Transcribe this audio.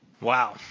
Wow